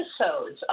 episodes